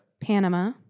Panama